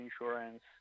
insurance